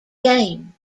game